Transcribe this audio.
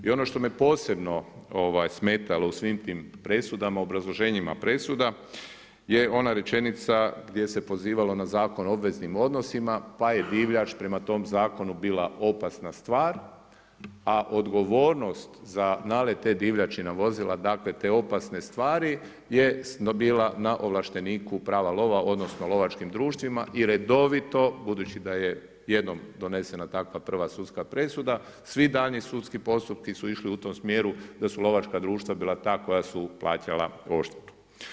I ono što me posebno smetalo u svim tim presudama, obrazloženjima presuda je ona rečenica gdje se pozivalo na Zakon o obveznim odnosima pa je divljač prema tom zakonu bila opasna stvar, a odgovornost za nalet te divljači na vozila, dakle te opasne stvari je bila na ovlašteniku prava lova, odnosno lovačkim društvima i redovito budući da je jednom donesena takva prva sudska presuda svi daljnji sudski postupci su išli u tom smjeru da su lovačka društva bila ta koja su plaćala odštetu.